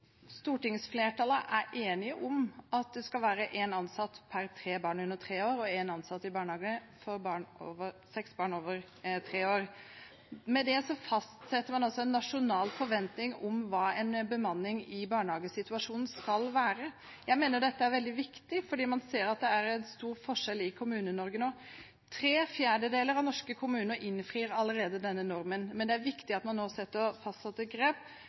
Stortingsflertallet er enige om at det skal være én ansatt per tre barn under tre år og én ansatt i barnehage for seks barn over tre år. Med det fastsetter man altså en nasjonal forventning om hva en bemanning i barnehagesituasjonen skal være. Jeg mener dette er veldig viktig, for man ser at det er stor forskjell i Kommune-Norge nå. Tre fjerdedeler av norske kommuner innfrir allerede denne normen, men det er viktig at man nå tar faste grep